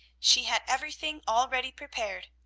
she had everything already prepared.